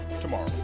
tomorrow